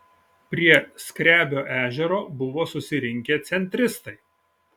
prie skrebio ežero buvo susirinkę centristai